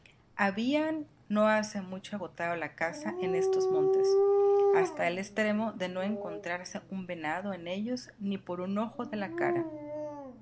habían no hace mucho agotado la caza en estos montes hasta el extremo de no encontrarse un venado en ellos ni por un ojo de la cara